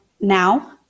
now